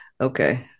Okay